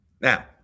Now